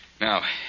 Now